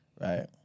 Right